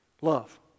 Love